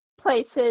places